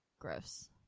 Gross